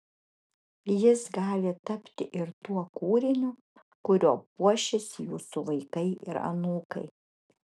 jis gali tapti ir tuo kūriniu kuriuo puošis jūsų vaikai ir anūkai